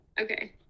Okay